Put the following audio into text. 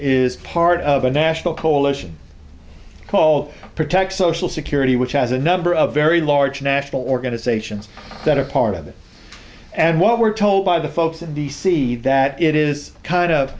is part of a national coalition called protect social security which has a number of very large national organizations that are part of it and what we're told by the folks in d c that it is kind of